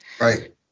Right